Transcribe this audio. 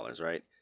right